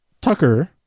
Tucker